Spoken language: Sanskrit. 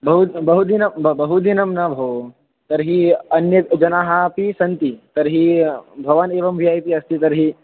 बहु बहुदिनं ब बहुदिनं न भोः तर्हि अन्यत् जनाः अपि सन्ति तर्हि भवान् एव वि ई पि अस्ति तर्हि